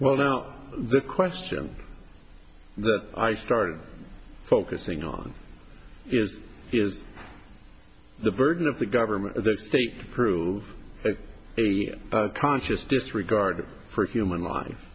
well now the question that i started focusing on is is the burden of the government of the state prove conscious disregard for human life